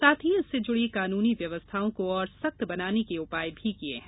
साथ ही इससे जुड़ी कानूनी व्यवस्थाओं को और सख्त बनाने के उपाय भी किए हैं